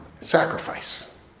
Sacrifice